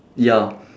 ya